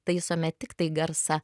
taisome tiktai garsą